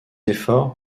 efforts